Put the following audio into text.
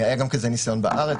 היה ניסיון כזה גם בארץ,